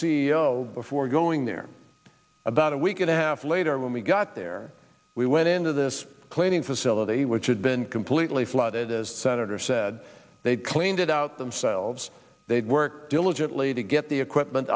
o before going there about a week and a half later when we got there we went into this cleaning facility which had been completely flooded as senator said they'd cleaned it out themselves they worked gently to get the equipment